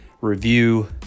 review